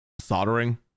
soldering